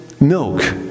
milk